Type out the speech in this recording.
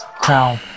crown